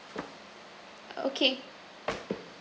okay